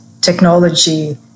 technology